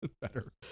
better